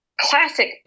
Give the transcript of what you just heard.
classic